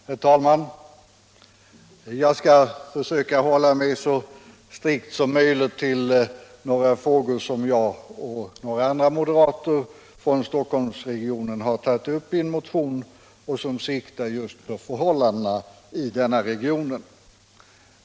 Herr talman! Jag skall försöka hålla mig så strikt som möjligt till ett par frågor som jag och några andra moderater från Stockholmsregionen har tagit upp i en motion och som syftar just på förhållandena i denna region.